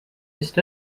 ist